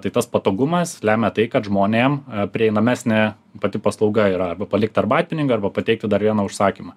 tai tas patogumas lemia tai kad žmonėm prieinamesnė pati paslauga yra arba palikt arbatpinigių arba pateikti dar vieną užsakymą